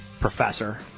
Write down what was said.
professor